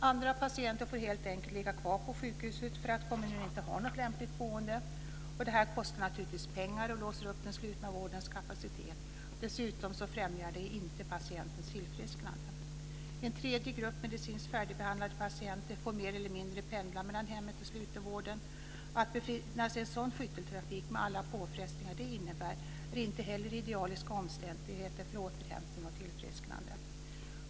Andra patienter får helt enkelt ligga kvar på sjukhuset för att kommunen inte har något lämpligt boende. Detta kostar naturligtvis pengar och låser fast den sluta vårdens kapacitet. Dessutom främjar det inte patienternas tillfrisknande. En tredje grupp medicinskt färdigbehandlade patienter får mer eller mindre pendla mellan hemmet och slutenvården. Att befinna sig i en sådan skytteltrafik, med alla påfrestningar som det innebär, är inte heller idealiska omständigheter för återhämtning och tillfrisknande.